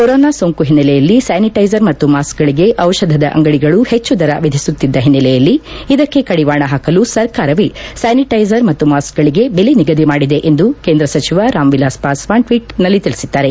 corona ಸೋಂಕು ಹಿನ್ನೆಲೆಯಲ್ಲಿ sanitiser ಮತ್ತು ಮಾಸ್ಕ್ಗಳಿಗೆ ದಿಷಧದ ಅಂಗಡಿಗಳು ಹೆಚ್ಚು ದರ ವಿಧಿಸುತ್ತಿದ್ದ ಹಿನ್ನೆಲೆಯಲ್ಲಿ ಇದಕ್ಕೆ ಕಡಿವಾಣ ಹಾಕಲು ಸರ್ಕಾರವೇ ಸ್ಥಾನಿಟೈಸರ್ ಮತ್ತು ಮಾಸ್ತ್ಗಳಿಗೆ ಬೆಲೆ ನಿಗದಿ ಮಾಡಿದೆ ಎಂದು ಕೇಂದ್ರ ಸಚಿವ ರಾಮ್ವಿಲಾಸ್ ಪಾಸ್ನಾನ್ ಟ್ನೀಟ್ನಲ್ಲಿ ತಿಳಿಸಿದ್ದಾರೆ